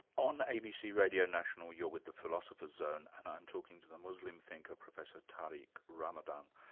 on abc radio national, you're with the philosopher's zone and i'm talking to the muslim thinker, professor tariq ramadan.